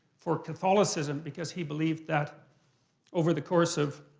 for catholicism because he believed that over the course of,